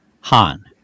Han